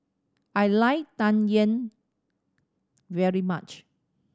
I like Tang Yuen very much